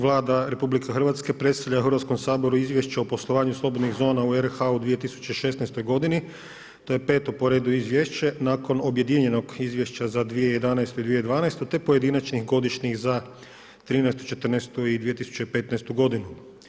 Vlada RH predstavlja Hrvatskom saboru Izvješće poslovanju slobodnih zona RH u 2016. godini, to je peto po redu izvješće, nakon objedinjenog izvješća za 2011. i 2012. te pojedinačnih godišnjih 2013., 2014. i 2015. godinu.